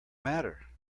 matter